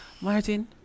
Martin